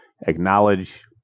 acknowledge